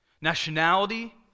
nationality